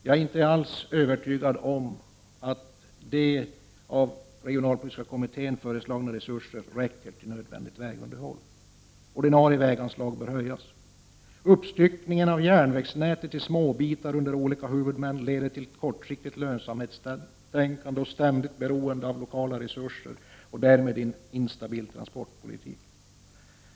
Jag är inte alls övertygad om att de av regionalpolitiska kommittén föreslagna resurserna räcker till nödvändigt vägunderhåll. Ordinarie väganslag bör höjas. Uppstyckningen av järnvägsnätet i småbitar under olika huvudmän leder till ett kortsiktigt lönsamhetstänkande och ständigt beroende av lokala resurser och därmed en instabil transportpolitik.